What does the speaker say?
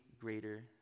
greater